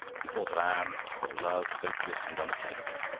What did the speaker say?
he thought of anne, of love hopeless and unattainable.